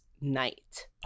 night